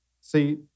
See